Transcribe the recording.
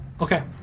Okay